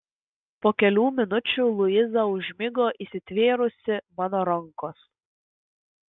po kelių minučių luiza užmigo įsitvėrusi mano rankos